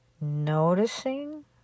noticing